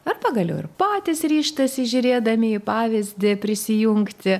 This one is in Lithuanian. ar pagaliau ir patys ryžtasi žiūrėdami į pavyzdį prisijungti